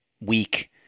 week